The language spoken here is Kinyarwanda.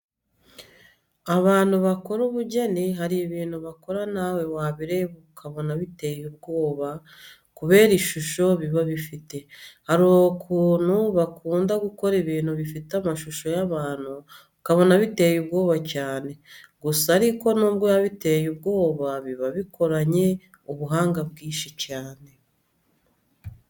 Abantu bakora ubugeni hari ibintu bakora nawe wabireba ukabona biteye ubwoba kubera ishusho biba bifite. Hari ukuntu bakunda gukora ibintu bifite amashusho y'abantu ukabona biteye ubwoba cyane, gusa ariko nubwo biba biteye ubwoba, biba bikoranye ubuhanga bwinshi cyane.